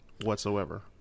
whatsoever